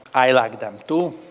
i liked them too.